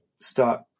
start